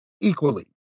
equally